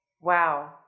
wow